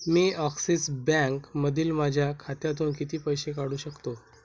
मी Axis बँकमधील माझ्या खात्यातून किती पैसे काढू शकतो